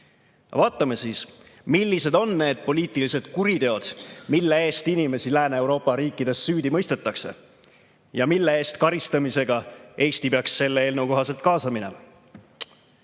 Vaatame siis, millised on need poliitilised kuriteod, mille eest inimesi Lääne-Euroopa riikides süüdi mõistetakse ja mille eest karistamisega Eesti peaks selle eelnõu kohaselt kaasa minema.